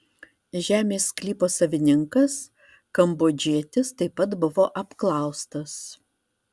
žemės sklypo savininkas kambodžietis taip pat buvo apklaustas